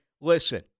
listen